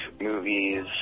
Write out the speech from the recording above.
movies